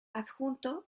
adjunto